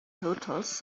hotels